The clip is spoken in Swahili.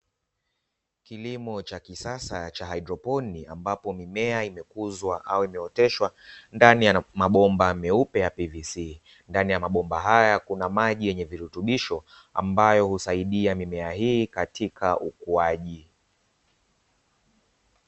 Kilimo cha kisasa cha haidroponi, ambapo mimea imekuzwa au imeoteshwa ndani ya mabomba meupe ya "PVC". Ndani ya mabomba haya kuna maji yenye virutubisho ambayo husaidia mimea hii katika ukuaji.